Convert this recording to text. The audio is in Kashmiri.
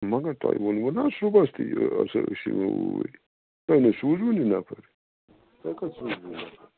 مگر توہہِ ؤنوٕ نا صُبحَس تہِ یہِ سُہ چھِ اوٗرۍ تۄہہِ نٔے سوٗزٕوٕے نہٕ نفر تۄہہِ کَتہِ سوٗزُو نفر